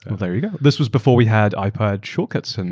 ah there you go. this was before we had ah ipad shortcuts. and